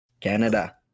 Canada